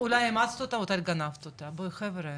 אולי אימצת אותה, אולי גנבת אותה בואו חבר'ה